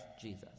Jesus